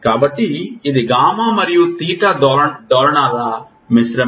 కాబట్టి ఇది గామా మరియు తీటా డోలనాల మిశ్రమం